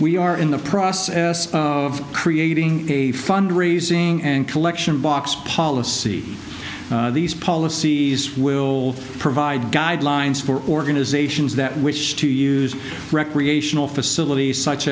we are in the process of creating a fund raising and collection box policy these policies will provide guidelines for organizations that which to use recreational facilities such